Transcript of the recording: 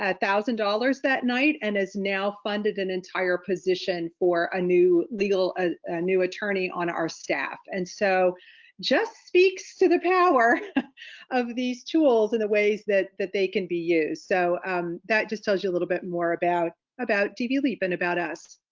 ah thousand dollars that night and has now funded an entire position for a new legal a new attorney on our staff and so just speaks to the power of these tools and the ways that that they can be used. so that just tells you a little bit more about about dv leap and about us.